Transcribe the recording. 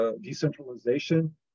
decentralization